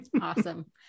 Awesome